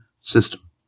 system